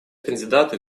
кандидаты